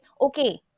okay